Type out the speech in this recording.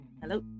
hello